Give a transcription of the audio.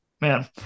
Man